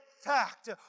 fact